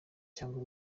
cyangwa